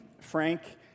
Frank